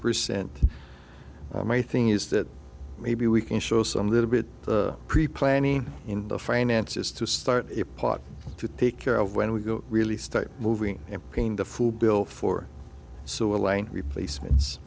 percent my thing is that maybe we can show some little bit pre planning in the finances to start a pot to take care of when we go really start moving and paying the full bill for so a line replacements